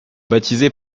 baptisés